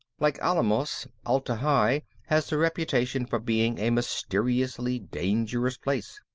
like alamos, atla-hi has the reputation for being a mysteriously dangerous place.